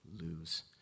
lose